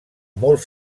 molt